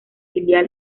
filial